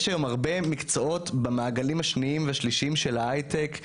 יש היום הרבה מקצועות במעגלים השניים והשלישיים של ההייטק,